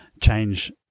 change